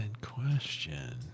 question